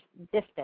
distance